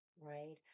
right